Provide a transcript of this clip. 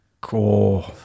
Cool